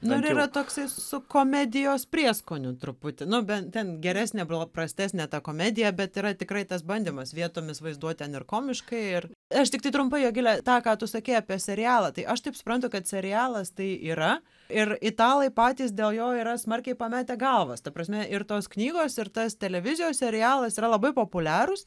nu ir yra toksai su komedijos prieskoniu truputį nu ben ten geresnė paprastesnė ta komedija bet yra tikrai tas bandymas vietomis vaizduot ten ir komiškai ir aš tiktai trumpai jogile tą ką tu sakei apie serialą tai aš taip suprantu kad serialas tai yra ir italai patys dėl jo yra smarkiai pametę galvas ta prasme ir tos knygos ir tas televizijos serialas yra labai populiarūs